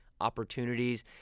opportunities